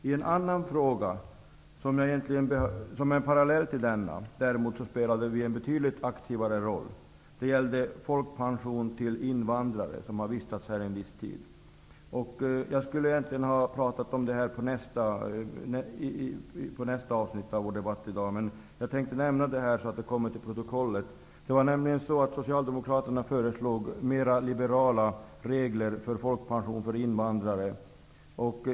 I en annan fråga, som är parallell till denna, spelade vi däremot en betydligt mer aktiv roll. Det gällde folkpension till invandrare som har vistats här en viss tid. Jag skulle egentligen prata om detta under nästa avsnitt av vår debatt, men jag vill nämna det nu för att få det till protokollet. Socialdemokraterna föreslog nämligen mer liberala regler för folkpension till invandrare.